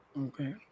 Okay